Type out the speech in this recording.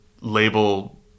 label